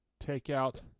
takeout